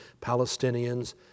Palestinians